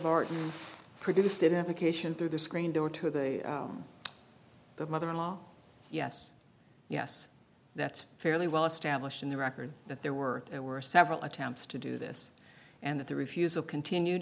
barton produced didn't occasion through the screen there were two of the mother in law yes yes that's fairly well established in the record that there were there were several attempts to do this and that the refusal continued